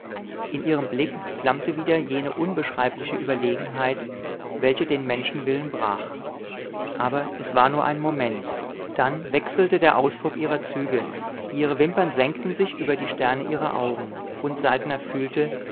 in ihrem blick flammte wieder jene unbeschreibliche überlegenheit welche den menschenwillen brach aber es war nur ein moment dann wechselte der ausdruck ihrer züge ihre wimpern senkten sich über die sterne ihrer augen und saltner fühlte